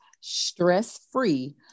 stress-free